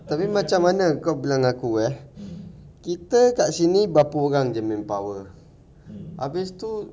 tapi macam mana kau bilang aku eh kita kat sini berapa orang jer manpower habis tu